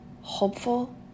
hopeful